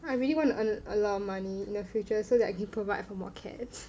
I really want to earn a lot of money in the future so that I can provide for more cats